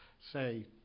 say